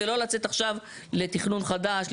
ולא לצאת עכשיו לתכנון חדש,